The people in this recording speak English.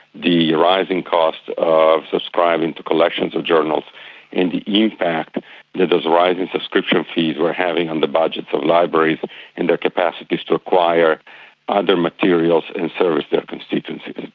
the rising costs of subscribing to collections of journals and the impact that those rising subscription fees were having on the budgets of libraries and their capacity to acquire other materials and service their constituencies.